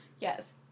Yes